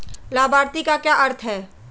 लाभार्थी का क्या अर्थ है?